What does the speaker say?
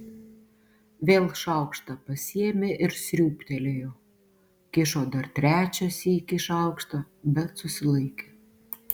vėl šaukštą pasiėmė ir sriūbtelėjo kišo dar trečią sykį šaukštą bet susilaikė